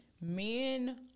Men